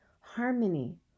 harmony